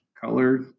color